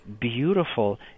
beautiful